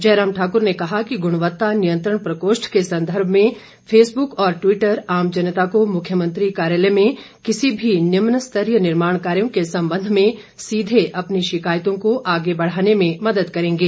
जयराम ठाकुर ने कहा कि गुणवत्ता नियंत्रण प्रकोष्ठ के संदर्भ में फेसबुक और टवीटर आम जनता को मुख्यमंत्री कार्यालय में किसी भी निम्नस्तरीय निर्माण कार्यो के संबंध में सीधे अपनी शिकायतों को आगे बढ़ाने में मदद करेंगे